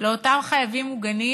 לאותם "חייבים מוגנים"